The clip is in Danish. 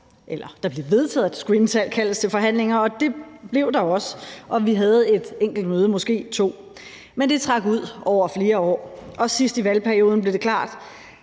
valgperiode vedtaget, at der skulle indkaldes til forhandlinger, og det blev der også, og vi havde et enkelt møde, måske to. Men det trak ud over flere år, og sidst i valgperioden blev det klart,